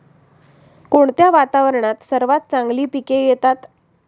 कोणत्या वातावरणात सर्वात चांगली पिके येतात?